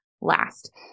last